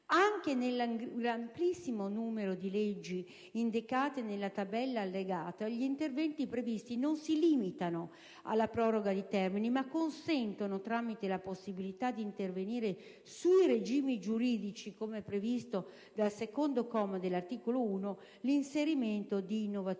Anche nell'amplissimo numero di leggi indicate nella tabella allegata, gli interventi previsti non si limitano alla proroga di termini, ma consentono, tramite la possibilità di intervenire sui "regimi giuridici " (come è previsto dal comma 2 dell'articolo 1), l'inserimento di innovazioni